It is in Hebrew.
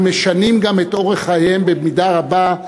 משנים גם את אורח חייהם במידה רבה,